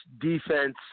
defense